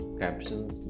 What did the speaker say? captions